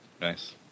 Nice